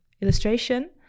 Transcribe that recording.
illustration